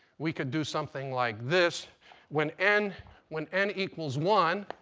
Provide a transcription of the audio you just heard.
we could do something like this when n when n equals one,